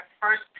first